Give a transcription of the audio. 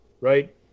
right